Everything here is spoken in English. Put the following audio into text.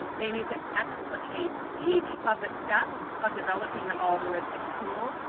they need to explicate each of the steps of developing the algorithmic tool,